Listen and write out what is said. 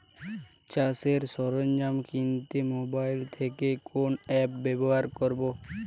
চাষের সরঞ্জাম কিনতে মোবাইল থেকে কোন অ্যাপ ব্যাবহার করব?